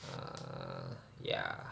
ah ya